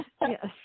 Yes